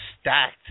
stacked